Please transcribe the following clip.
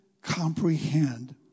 comprehend